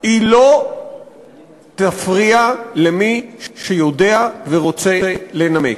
היא לא תפריע למי שיודע ורוצה לנמק.